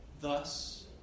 Thus